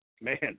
man